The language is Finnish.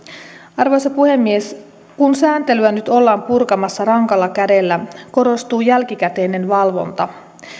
arvoisa puhemies kun sääntelyä nyt ollaan purkamassa rankalla kädellä korostuu jälkikäteinen valvonta